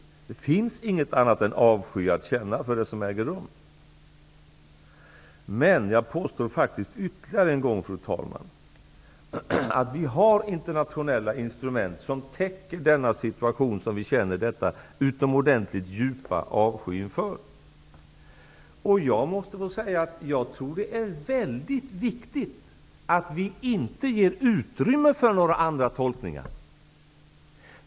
Det finns inget annat än avsky att känna för det som äger rum. Men, fru talman, jag påstår faktiskt ytterligare en gång att vi har internationella instrument som täcker den situation som vi känner denna utomordentligt djupa avsky inför. Jag tror att det är mycket viktigt att vi inte ger utrymme för några andra tolkningar.